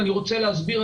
ואני רוצה להסביר,